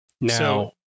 Now